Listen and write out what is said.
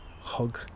hug